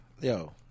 Yo